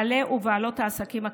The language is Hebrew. בעלי ובעלות העסקים הקטנים.